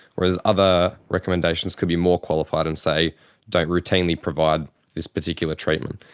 whereas other recommendations could be more qualified and say don't routinely provide this particular treatment.